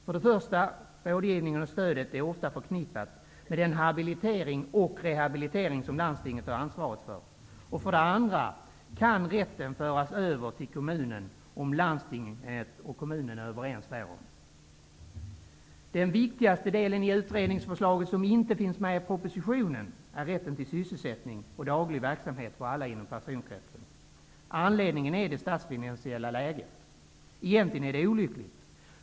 För det första är rådgivningen och stödet ofta förknippade med den habilitering och rehabilitering som landstinget har ansvaret för och för det andra kan rätten föras över till kommunen om landstinget och kommunen är överens därom. Den viktigaste delen i utredningsförslaget, som inte finns med i propositionen, är rätten till sysselsättning och daglig verksamhet för alla inom personkretsen. Anledningen är det statsfinansiella läget. Egentligen är det olyckligt.